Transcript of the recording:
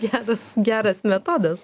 geras geras metodas